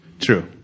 True